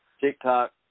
TikTok